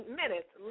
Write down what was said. minutes